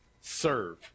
Serve